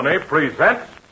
Presents